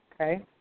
Okay